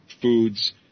foods